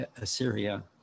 Assyria